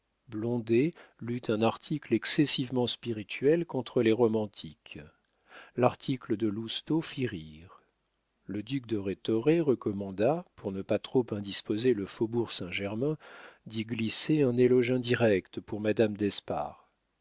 lut un article excessivement spirituel contre les romantiques l'article de lousteau fit rire le duc de rhétoré recommanda pour ne pas trop indisposer le faubourg saint-germain d'y glisser un éloge indirect pour madame d'espard